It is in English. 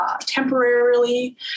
temporarily